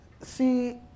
See